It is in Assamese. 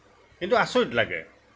কিন্তু আচৰিত লাগে